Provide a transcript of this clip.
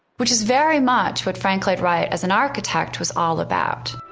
which is very much what frank lloyd wright as an architect was all about.